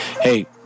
Hey